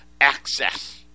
access